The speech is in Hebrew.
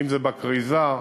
אם בכריזה,